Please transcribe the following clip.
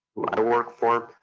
i work for,